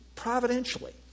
providentially